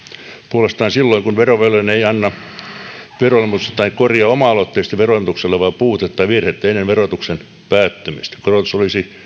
puolestaan silloin kun verovelvollinen ei anna veroilmoitusta tai korjaa oma aloitteisesti veroilmoituksessa olevaa puutetta tai virhettä ennen verotuksen päättymistä korotus olisi